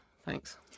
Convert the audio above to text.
Thanks